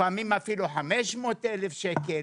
לפעמים אפילו 500,000 שקל.